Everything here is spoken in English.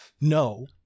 No